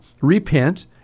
repent